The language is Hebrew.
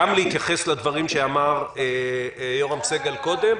גם להתייחס לדברים שאמר יורם סגל קודם,